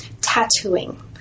Tattooing